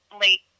late